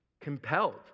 compelled